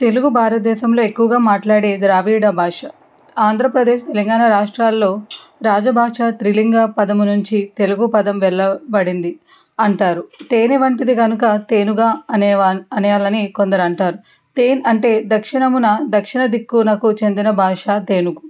తెలుగు భారత దేశంలో ఎక్కువగా మాట్లాడే ద్రావిడ భాష ఆంధ్రప్రదేశ్ తెలంగాణ రాష్ట్రాలలో రాజభాషా త్రిలింగ పదము నుంచి తెలుగు పదం వెళ్ళబడింది అంటారు తేనె వంటిది కనుక తేనుగా అనె అనేయాలని కొందరంటారు తేనే అంటే దక్షిణమున దక్షిణ దిక్కునకు చెందిన భాషా తేనుగు